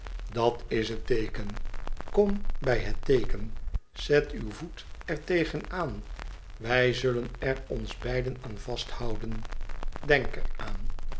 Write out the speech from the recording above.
dat is het teeken kom bij het teeken zet uw voet er tegen aan wij zullen er ons beiden aan vasthouden denk er aan